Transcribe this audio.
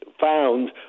found